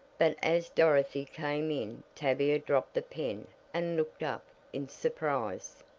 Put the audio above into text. but as dorothy came in tavia dropped the pen and looked up in surprise.